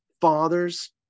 fathers